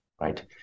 Right